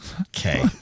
okay